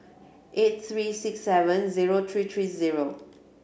eight three six seven zero three three zero